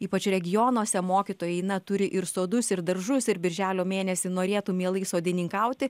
ypač regionuose mokytojai na turi ir sodus ir daržus ir birželio mėnesį norėtų mielai sodininkauti